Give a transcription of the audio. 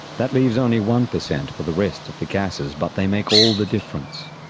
that leaves only one percent for the rest of the gases but they make all the difference.